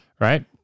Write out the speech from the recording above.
Right